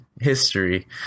history